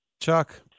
Chuck